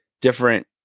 different